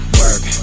work